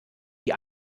die